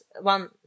one